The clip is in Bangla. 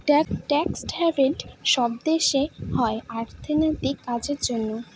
ট্যাক্স হ্যাভেন সব দেশে হয় অর্থনীতির কাজের জন্য